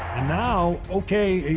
and now, okay,